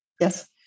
Yes